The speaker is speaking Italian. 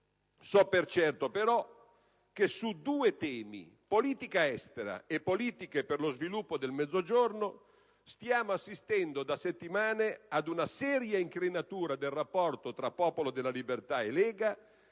So per certo, però, che su due temi - politica estera e politiche per lo sviluppo del Mezzogiorno - stiamo assistendo da settimane ad una seria incrinatura del rapporto tra Popolo della Libertà e Lega